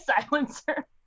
silencer